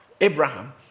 Abraham